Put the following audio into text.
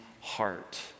heart